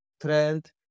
trend